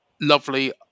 lovely